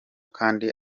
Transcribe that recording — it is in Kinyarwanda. kandi